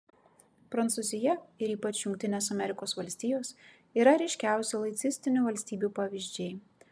prancūzija ir ypač jungtinės amerikos valstijos yra ryškiausi laicistinių valstybių pavyzdžiai